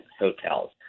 hotels